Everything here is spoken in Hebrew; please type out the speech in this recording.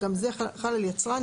יצרן,